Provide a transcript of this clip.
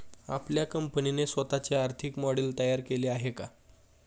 आपल्या कंपनीने स्वतःचे आर्थिक मॉडेल तयार केले आहे का?